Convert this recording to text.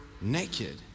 naked